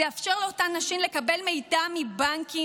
זה יאפשר לאותן נשים לקבל מידע מבנקים